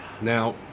Now